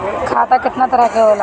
खाता केतना तरह के होला?